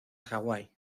hawaii